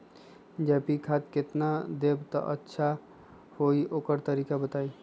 जैविक खाद केतना देब त अच्छा होइ ओकर तरीका बताई?